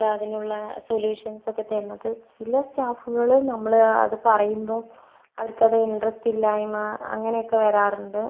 നമുക്കതിനുള്ള സൊല്യൂഷൻസൊക്കെ തരുന്നതും ചില സ്റ്റാഫുകൾ നമ്മള് അത് പറയുമ്പോൾ അവർക്കത് ഇൻട്രസ്റ്റില്ലായ്മ അങ്ങനെയൊക്കെ വരാറുണ്ട്